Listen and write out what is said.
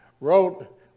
wrote